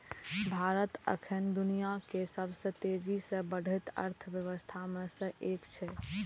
भारत एखन दुनियाक सबसं तेजी सं बढ़ैत अर्थव्यवस्था मे सं एक छै